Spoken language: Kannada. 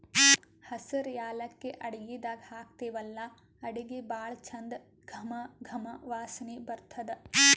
ಹಸ್ರ್ ಯಾಲಕ್ಕಿ ಅಡಗಿದಾಗ್ ಹಾಕ್ತಿವಲ್ಲಾ ಅಡಗಿ ಭಾಳ್ ಚಂದ್ ಘಮ ಘಮ ವಾಸನಿ ಬರ್ತದ್